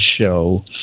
show